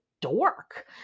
dork